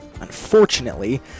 Unfortunately